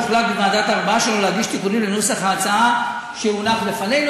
הוחלט בוועדת הארבעה שלא להגיש תיקונים לנוסח ההצעה שהונח בפנינו.